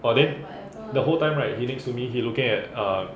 but then the whole time right he next to me he looking at uh